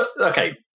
okay